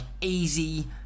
easy